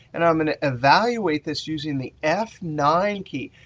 and i'm going to evaluate this using the f nine key.